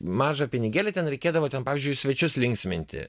mažą pinigėlį ten reikėdavo ten pavyzdžiui svečius linksminti